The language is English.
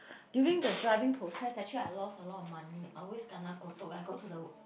during the driving process actually I loss a lot of money I always kena ketok when I go to the